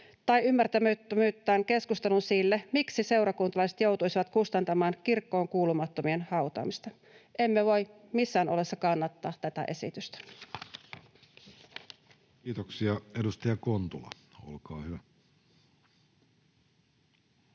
tai ymmärtämättömyyttään keskustelun sille, miksi seurakuntalaiset joutuisivat kustantamaan kirkkoon kuulumattomien hautaamista. Emme voi missään oloissa kannattaa tätä esitystä. Kiitoksia. — Edustaja Kontula, olkaa hyvä.